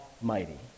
Almighty